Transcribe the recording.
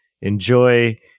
Enjoy